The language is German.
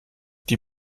die